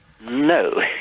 No